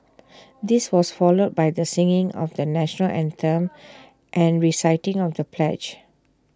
this was followed by the singing of the National Anthem and reciting of the pledge